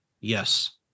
yes